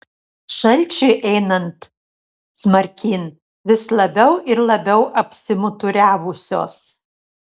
šalčiui einant smarkyn vis labiau ir labiau apsimuturiavusios